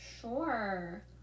sure